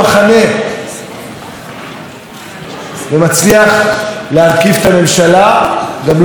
ומצליח להרכיב את הממשלה גם לא תמיד בזה שהוא נבחר.